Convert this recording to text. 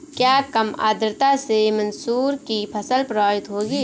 क्या कम आर्द्रता से मसूर की फसल प्रभावित होगी?